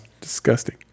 disgusting